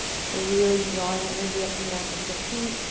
so really drawing energy up from the arches of the feet,